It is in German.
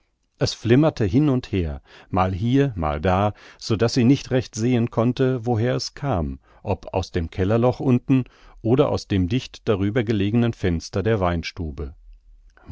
es flimmerte hin und her mal hier mal da so daß sie nicht recht sehen konnte woher es kam ob aus dem kellerloch unten oder aus dem dicht darüber gelegenen fenster der